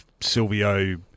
Silvio